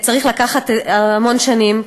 זה צריך לקחת המון שנים,